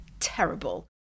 terrible